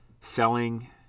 selling